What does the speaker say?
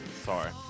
Sorry